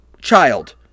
child